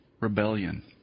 rebellion